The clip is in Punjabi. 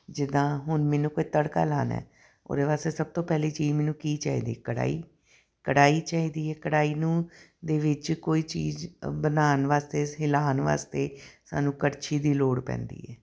ਜਿੱਦਾਂ ਹੁਣ ਮੈਨੂੰ ਕੋਈ ਤੜਕਾ ਲਾਉਣਾ ਹੈ ਉਹਦੇ ਵਾਸਤੇ ਸਭ ਤੋਂ ਪਹਿਲੀ ਚੀਜ਼ ਮੈਨੂੰ ਕੀ ਚਾਹੀਦੀ ਕੜਾਹੀ ਕੜਾਹੀ ਚਾਹੀਦੀ ਹੈ ਕੜਾਹੀ ਨੂੰ ਦੇ ਵਿੱਚ ਕੋਈ ਚੀਜ਼ ਬਣਾਉਣ ਵਾਸਤੇ ਇਸ ਹਿਲਾਉਣ ਵਾਸਤੇ ਸਾਨੂੰ ਕੜਛੀ ਦੀ ਲੋੜ ਪੈਂਦੀ ਹੈ